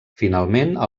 finalment